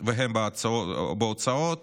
והן בהוצאות